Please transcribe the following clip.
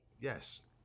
Yes